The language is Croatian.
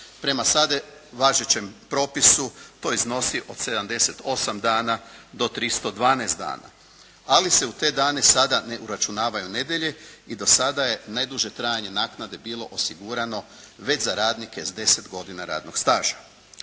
Prema sada važećem propisu to iznosi od 78 dana do 312 dana. Ali se u te dane sada ne uračunavaju nedjelje i do sada je najduže trajanje naknade bilo osigurano već za radnike s 10 godina radnog staža.